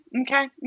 okay